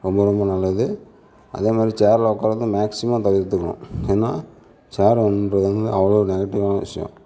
ரொம்ப ரொம்ப நல்லது அதே மாதிரி சேர்ல உட்காறத மேக்சிமம் தவிர்த்துகணும் ஏன்னா சேர் அப்படின்றது அவ்வளோ நெகட்டிவ்வான விஷயம்